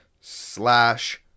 slash